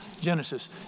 Genesis